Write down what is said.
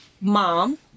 mom